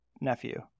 nephew